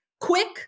quick